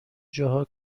جاها